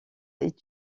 est